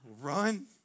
Run